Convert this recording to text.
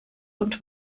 und